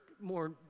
more